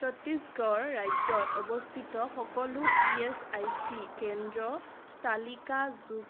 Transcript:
ছত্তীশগড় ৰাজ্যত অৱস্থিত সকলো ই এচ আই চি কেন্দ্ৰ তালিকা যুক